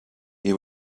you